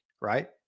right